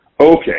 okay